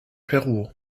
peru